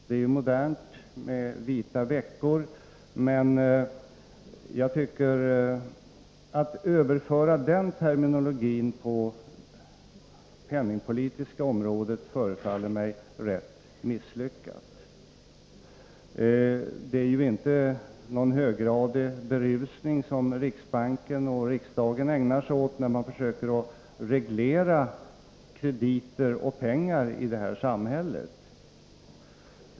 Det är modernt med vita veckor, men att överföra den terminologin på det penningpolitiska området förefaller mig rätt misslyckat. Det är inte någon höggradig berusning som riksbanken och riksdagen ägnar sig åt när man försöker reglera krediter och pengar i det här samhället.